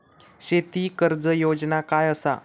शेती कर्ज योजना काय असा?